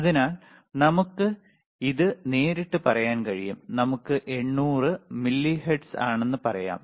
അതിനാൽ നമുക്ക് ഇത് നേരിട്ട് പറയാൻ കഴിയും നമുക്ക് 800 മില്ലിഹെർട്സ് ആണെന്ന് പറയാം